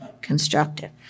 constructive